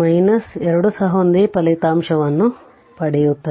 Voc ಎರಡು ಸಹ ಒಂದೇ ಫಲಿತಾಂಶವನ್ನು ಪಡೆಯುತ್ತದೆ